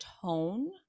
tone